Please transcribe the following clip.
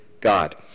God